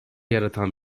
yaratan